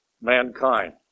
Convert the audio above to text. mankind